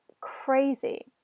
crazy